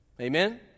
Amen